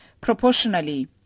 proportionally